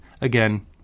again